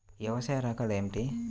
వ్యవసాయ రకాలు ఏమిటి?